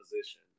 position